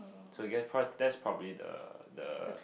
so guess price that's probably the the